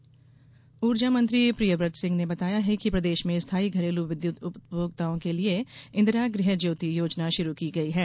इंदिरा गृह ज्योति योजना ऊर्जा मंत्री प्रियव्रत सिंह ने बताया है कि प्रदेश में स्थायी घरेलू विद्युत उपभोक्ताओं के लिये इंदिरा गृह ज्योति योजना शुरु की गयी है